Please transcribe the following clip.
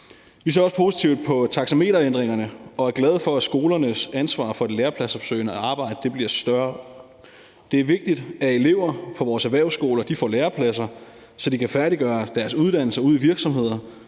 Vi ser også positivt på taxameterændringerne og er glade for, at skolernes ansvar for det lærepladsopsøgende arbejde bliver større. Det er vigtigt, at elever på vores erhvervsskoler får lærepladser, så de kan færdiggøre deres uddannelse ude i virksomheder,